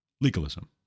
legalism